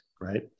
right